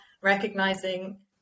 recognizing